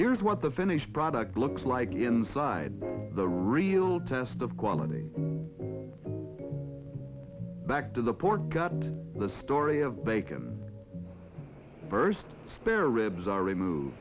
here's what the finished product looks like inside the real test of quality back to the pour got the story of bacon first spare ribs are removed